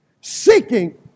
Seeking